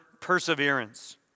perseverance